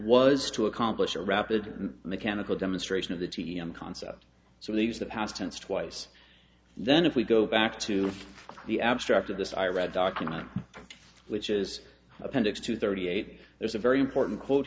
was to accomplish a rapid and mechanical demonstration of the t m concept so leaves the past tense twice then if we go back to the abstract of this i read document which is appendix two thirty eight there's a very important quote